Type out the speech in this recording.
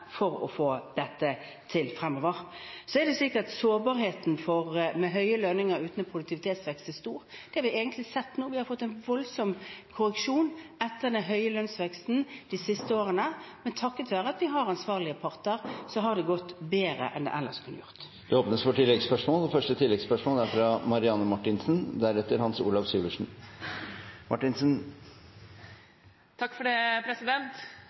for å få dette til fremover. Sårbarheten med høye lønninger uten produktivitetsvekst er stor. Det vi egentlig har sett nå, er at vi har fått en voldsom korreksjon etter den høye lønnsveksten de siste årene. Men takket være at vi har ansvarlige parter, har det gått bedre enn det ellers kunne gjort. Det blir oppfølgingsspørsmål – først Marianne Marthinsen. Jeg må si jeg synes det er